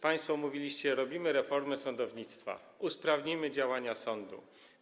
Państwo mówiliście: robimy reformę sądownictwa, usprawnimy działania sądów.